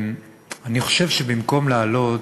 אני חושב שבמקום להעלות